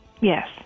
yes